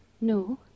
No